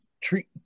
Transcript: treat